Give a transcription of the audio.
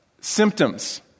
symptoms